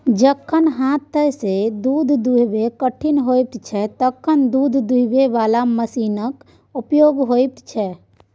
जखन हाथसँ दुध दुहब कठिन होइ छै तखन दुध दुहय बला मशीनक प्रयोग होइ छै